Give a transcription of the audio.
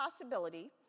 possibility